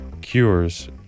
cures